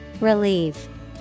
Relieve